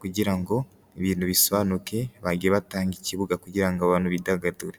kugira ngo ibintu bisobanuke, bajye batanga ikibuga, kugira ngo abantu bidagadure.